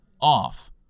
off